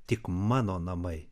tik mano namai